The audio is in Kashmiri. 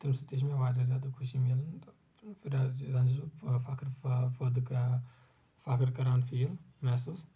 تیٚمہِ سۭتۍ تہِ چھِ مےٚ واریاہ زیادٕ خوشی ملان تہٕ یہِ حظ یہِ زن چھُس بہٕ فخر فا فٲدٕ کران فخٕر کران فیٖل محسوٗس